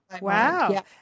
wow